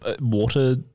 water